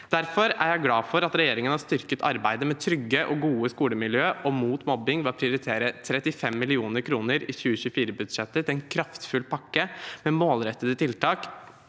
Derfor er jeg glad for at regjeringen har styrket arbeidet med trygge og gode skolemiljø og mot mobbing ved å prioritere 35 mill. kr i 2024-budsjettet til en kraftfull pakke med målrettede tiltak,